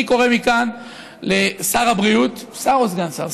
אני קורא מכאן לשר הבריאות, הוא שר או סגן שר?